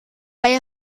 bei